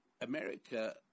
America